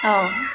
অ'